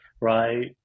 right